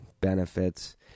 benefits